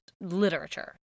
literature